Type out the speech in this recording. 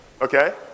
okay